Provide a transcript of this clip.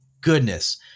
goodness